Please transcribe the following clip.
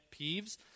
peeves